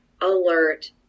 alert